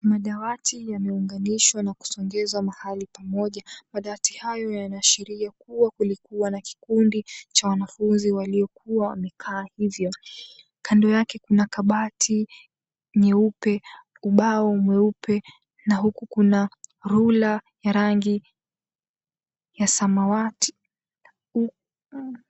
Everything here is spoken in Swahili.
Madawati yameunganishwa na kusongezwa mahali pamoja. Madawati hayo yanaashiria kuwa kulikuwa na kikundi cha wanafunzi waliokuwa wamekaa hivyo. Kando yake kuna kabati nyeupe, ubao mweupe na huku kuna ruler ya rangi ya samawati.